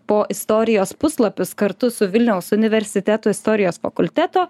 po istorijos puslapius kartu su vilniaus universiteto istorijos fakulteto